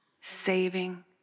saving